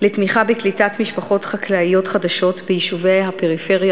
לתמיכה בקליטת משפחות חקלאיות חדשות ביישובי הפריפריה,